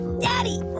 daddy